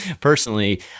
personally